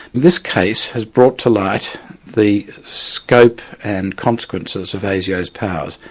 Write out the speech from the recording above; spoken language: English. this case has brought to light the scope and consequences of asio's powers.